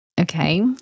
okay